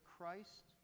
Christ